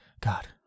God